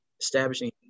establishing